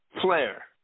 flair